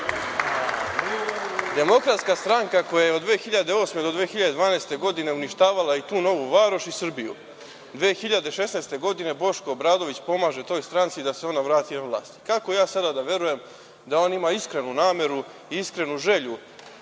DS.Demokratska stranka koja je od 2008. do 2012. godine uništavala i tu Novu Varoš i Srbiju, 2016. godine Boško Obradović pomaže toj stranci da se ona vrati na vlast. Kako ja sada da verujem da on sada ima iskrenu nameru i iskrenu želju